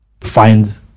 find